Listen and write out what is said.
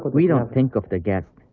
we don't think of the guests.